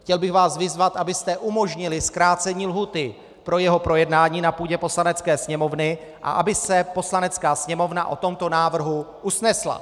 Chtěl bych vás vyzvat, abyste umožnili zkrácení lhůty pro jeho projednání na půdě Poslanecké sněmovny a aby se Poslanecká sněmovna o tomto návrhu usnesla.